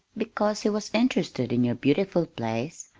because he was interested in your beautiful place.